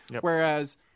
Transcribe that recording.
Whereas